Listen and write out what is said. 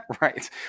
right